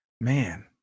Man